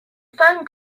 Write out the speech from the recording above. phone